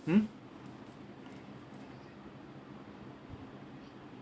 mm